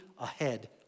ahead